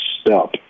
stop